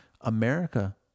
America